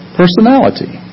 personality